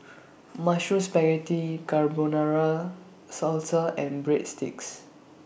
Mushroom Spaghetti Carbonara Salsa and Breadsticks